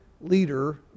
leader